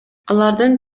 алардын